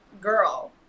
girl